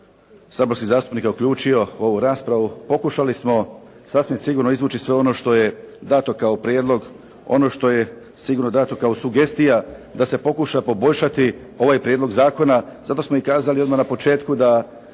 saborskih zastupnika uključio u ovu raspravu pokušali smo sasvim sigurno izvući sve ono što je dato kao prijedlog, ono što je sigurno dato kao sugestija da se pokuša poboljšati ovaj prijedlog zakona. Zato smo i kazali odmah na početku da